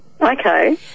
Okay